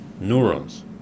neurons